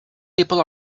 people